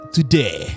Today